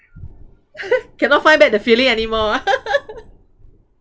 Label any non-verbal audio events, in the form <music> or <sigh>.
<laughs> cannot find back the feeling anymore ah <laughs>